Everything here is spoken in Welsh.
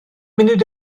munud